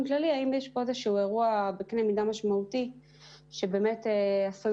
כללי האם יש פה איזשהו אירוע בקנה מידה משמעותי שבאמת עשוי